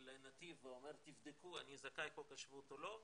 לנתיב ואומר: תבדקו, אני זכאי חוק השבות או לא?